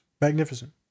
Magnificent